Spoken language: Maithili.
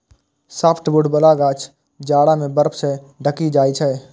सॉफ्टवुड बला गाछ जाड़ा मे बर्फ सं ढकि जाइ छै